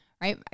right